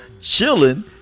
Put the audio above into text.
chilling